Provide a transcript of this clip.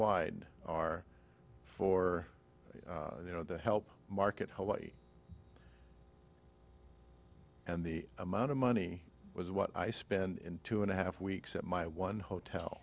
wide are for you know the help market hawaii and the amount of money was what i spend in two and a half weeks at my one hotel